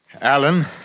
Alan